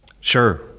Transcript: Sure